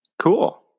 cool